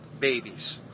babies